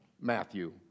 Matthew